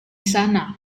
sana